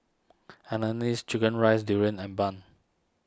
Hainanese Chicken Rice Durian and Bun